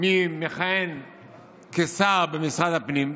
מי מכהן כשר במשרד הפנים,